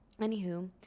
Anywho